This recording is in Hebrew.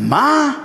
מה,